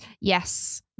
Yes